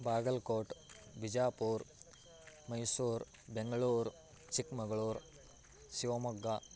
Bagalkot Bijapur Mysore Bengaluru Chikmagalur Shivamogga